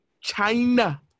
China